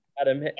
Adam